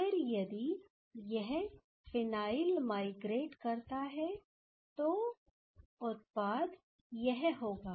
फिर यदि यह फिनाइल माइग्रेट करता है तो उत्पाद यह होगा